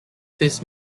this